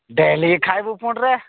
daily ଖାଇବୁ ପୁଣ୍ଟ୍ରେ